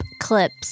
clips